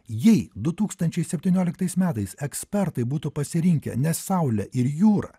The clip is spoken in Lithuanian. jei du tūkstančiai septynioliktais metais ekspertai būtų pasirinkę ne saulę ir jūrą